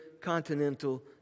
continental